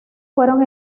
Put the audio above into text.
fueron